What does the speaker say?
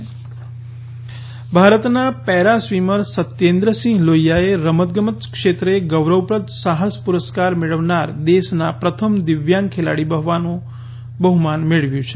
દિવ્યાંગ પુરસ્કાર ભારતના પેરા સ્વીમર સત્યેન્દ્રસિંહ લોહિયાએ રમતગમત ક્ષેત્રે ગૌરવપ્રદ સાહસ પુરસ્કાર મેળવનાર દેશના પ્રથમ દિવ્યાંગ ખેલાડી બનવાનું બહ્માન મેળવ્યું છે